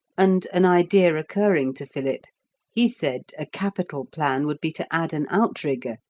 and an idea occurring to philip, he said a capital plan would be to add an outrigger,